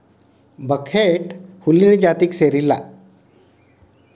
buckwheat ಹುಲ್ಲಿನ ಜಾತಿಗೆ ಸೇರಿಲ್ಲಾ